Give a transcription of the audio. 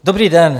Dobrý den.